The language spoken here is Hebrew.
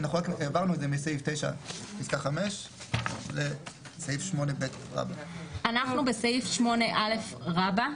רק העברנו את זה מסעיף 9 פסקה 5 לסעיף 8ב. אנחנו בסעיף 8ב רבא.